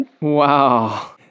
Wow